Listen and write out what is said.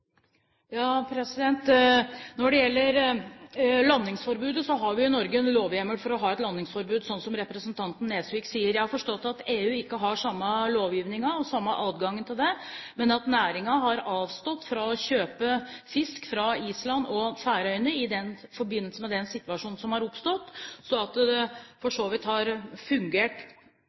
Når det gjelder landingsforbudet, har vi i Norge en lovhjemmel for å ha et landingsforbud, slik representanten Nesvik sier. Jeg har forstått at EU ikke har den samme lovgivningen og samme adgangen til det, men at næringen har avstått fra å kjøpe fisk fra Island og Færøyene i forbindelse med den situasjonen som har oppstått, slik at det for så vidt har fungert